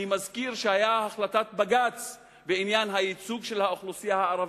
אני מזכיר שהיתה החלטת בג"ץ בעניין הייצוג של האוכלוסייה הערבית,